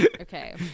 Okay